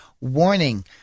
warning